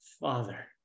Father